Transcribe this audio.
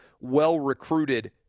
well-recruited